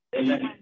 Amen